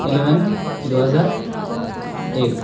eleven دو ہزار ایک